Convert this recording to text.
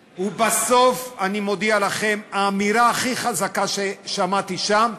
ובסוף, אני מודיע לכם, האמירה הכי חזקה ששמעתי שם,